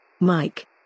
Mike